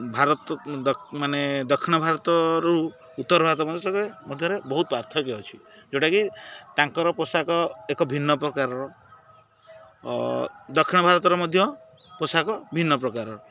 ଭାରତ ମାନେ ଦକ୍ଷିଣ ଭାରତରୁ ଉତ୍ତର ଭାରତ ମଧ୍ୟରେ ବହୁତ ପାର୍ଥକ୍ୟ ଅଛି ଯେଉଁଟାକି ତାଙ୍କର ପୋଷାକ ଏକ ଭିନ୍ନ ପ୍ରକାରର ଦକ୍ଷିଣ ଭାରତର ମଧ୍ୟ ପୋଷାକ ଭିନ୍ନ ପ୍ରକାରର